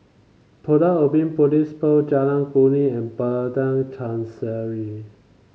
Pulau Ubin Police Post Jalan Kuning and Padang Chancery